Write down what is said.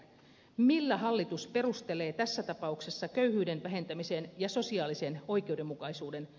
millä hallitus perustelee tässä tapauksessa köyhyyden vähentämisen ja sosiaalisen oikeudenmukaisuuden